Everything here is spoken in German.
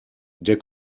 der